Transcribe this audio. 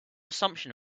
assumption